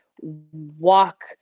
walk